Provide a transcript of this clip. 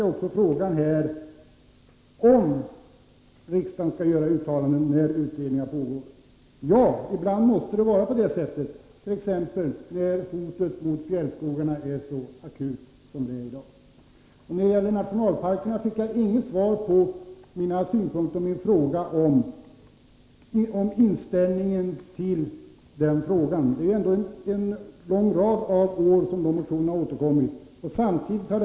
Jag fick vidare frågan om riksdagen skall göra uttalanden under pågående utredning. Ja, ibland måste den göra det, t.ex. när hotet mot fjällskogarna är så akut som det är i dag. Jag fick inget svar på min fråga om socialdemokraternas inställning till vården av våra nationalparker. Motioner i detta ämne har återkommit under en följd av år.